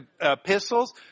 epistles